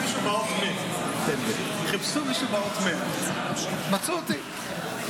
חיפשו מישהו באות מ' מצאו אותי.